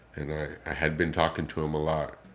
and i had been talking to him a lot.